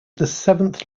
seventh